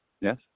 yes